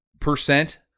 percent